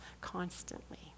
constantly